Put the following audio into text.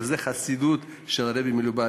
וזו חסידות של הרבי מלובביץ'.